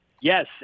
yes